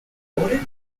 reported